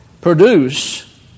produce